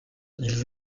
ils